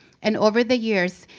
and over the years,